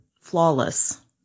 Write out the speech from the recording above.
flawless